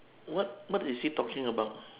what what is he talking about